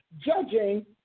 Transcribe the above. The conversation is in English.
judging